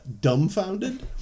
dumbfounded